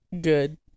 Good